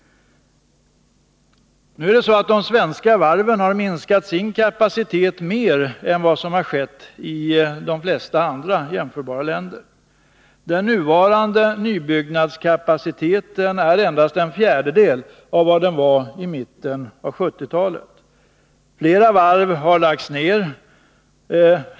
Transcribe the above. Nu är det så att de svenska varven har minskat sin kapacitet mer än vad som har skett i de flesta andra länder. Den nuvarande nybyggnadskapaciteten är endast en fjärdedel av vad den var i mitten av 1970-talet. Flera varv har lagts ned.